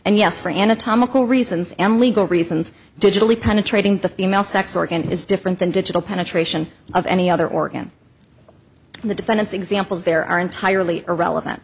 and yes for anatomical reasons and legal reasons digitally penetrating the female sex organ is different than digital penetration of any other organ in the defendant's examples there are entirely irrelevant